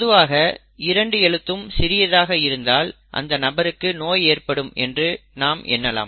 பொதுவாக இரண்டு எழுத்தும் சிறியதாக இருந்தால் அந்த நபருக்கு நோய் ஏற்படும் என்று நாம் எண்ணலாம்